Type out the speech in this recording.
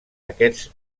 aquests